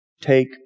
Take